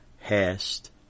hast